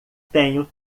tenho